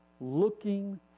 Looking